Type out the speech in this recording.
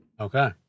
okay